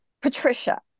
Patricia